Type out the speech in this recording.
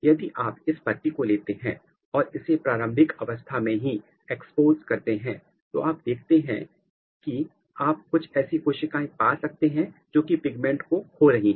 यदि आप इस पत्ती को लेते हैं और इसे प्रारंभिक अवस्था में ही एक्सपोज करते हैं तो आप देखते हैं कि आप कुछ ऐसी कोशिकाएं पा सकते हैं जोकि पिगमेंट को खो रही हैं